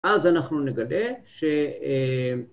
‫אז אנחנו נגלה ש...